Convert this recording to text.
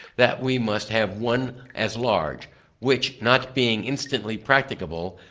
that we must have one as large which not being instantly practicable,